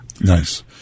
Nice